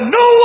no